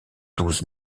douze